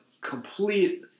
complete